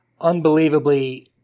unbelievably